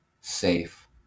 safe